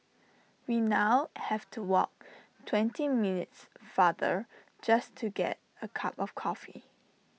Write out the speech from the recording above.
we now have to walk twenty minutes farther just to get A cup of coffee